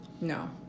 No